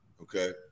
okay